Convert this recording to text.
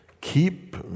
keep